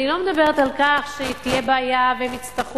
אני לא מדברת על כך שתהיה בעיה והם יצטרכו